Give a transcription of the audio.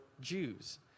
Jews